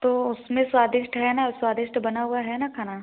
तो उसमें स्वादिष्ट है ना स्वादिष्ट बना हुआ है ना खाना